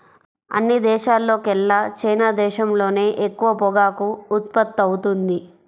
అన్ని దేశాల్లోకెల్లా చైనా దేశంలోనే ఎక్కువ పొగాకు ఉత్పత్తవుతుంది